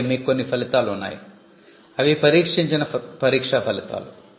ఆపై మీకు కొన్ని ఫలితాలు ఉన్నాయి అవి పరీక్షించిన పరీక్షా ఫలితాలు